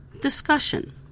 discussion